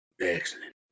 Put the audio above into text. Excellent